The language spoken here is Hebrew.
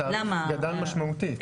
התעריף גדל משמעותית.